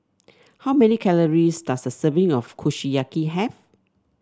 how many calories does a serving of Kushiyaki have